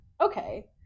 okay